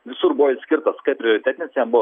visur buvo išskirtas kaip prioritetinis jam buvo